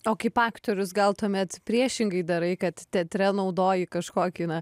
o kaip aktorius gal tuomet priešingai darai kad teatre naudoji kažkokį na